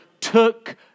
took